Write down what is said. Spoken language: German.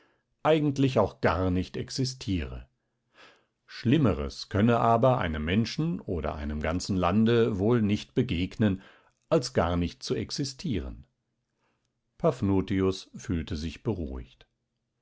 eigentlich auch gar nicht existiere schlimmeres könne aber einem menschen oder einem ganzen lande wohl nicht begegnen als gar nicht zu existieren paphnutius fühlte sich beruhigt